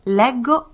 leggo